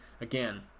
again